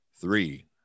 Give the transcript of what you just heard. Three